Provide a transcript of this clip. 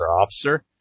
Officer